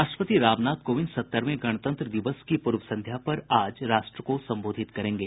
राष्ट्रपति रामनाथ कोविंद सत्तरवें गणतंत्र दिवस की पूर्व संध्या पर आज राष्ट्र को संबोधित करेंगे